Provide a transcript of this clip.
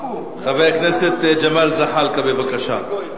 חבר הכנסת ג'מאל זחאלקה, בבקשה.